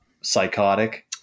psychotic